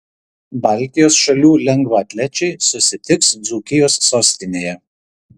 baltijos šalių lengvaatlečiai susitiks dzūkijos sostinėje